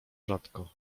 rzadko